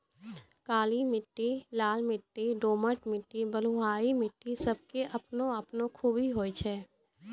काली मिट्टी, लाल मिट्टी, दोमट मिट्टी, बलुआही मिट्टी सब के आपनो आपनो खूबी होय छै